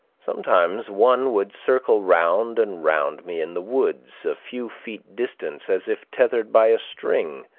sometimes one would circle round and round me in the woods a few feet distant as if tethered by a string,